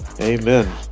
Amen